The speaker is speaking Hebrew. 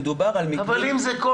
מדובר על מקרים -- אבל אם זה כל